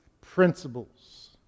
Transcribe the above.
principles